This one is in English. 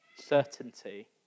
certainty